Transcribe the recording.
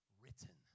written